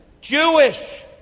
Jewish